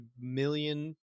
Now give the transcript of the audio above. million